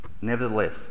nevertheless